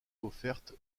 offerte